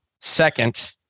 Second